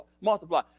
multiply